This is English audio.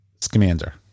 Scamander